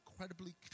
incredibly